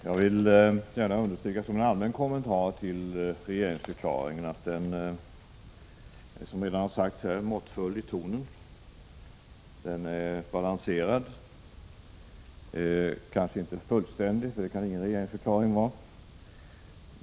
Herr talman! Som en allmän kommentar till regeringsförklaringen vill jag gärna understryka att den, som redan har sagts här, är måttfull i tonen och balanserad. Den är kanske inte fullständig — det kan ingen regeringsförklaring vara.